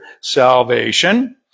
salvation